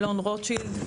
אלון רוטשילד,